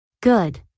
Good